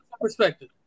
perspective